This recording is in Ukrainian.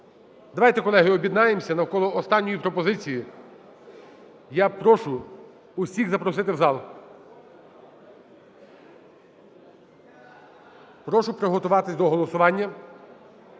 Давайте, колеги, об'єднаємося навколо останньої пропозиції. Я прошу усіх запросити в зал. Прошу приготуватись до голосування.